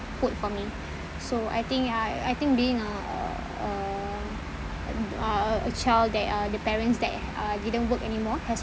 put for me so I think I I think being a uh uh uh a child that uh the parents that uh didn't work anymore has